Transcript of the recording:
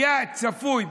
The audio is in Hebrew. היה צפוי.